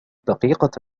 دقيقة